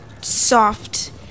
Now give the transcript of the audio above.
Soft